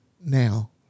now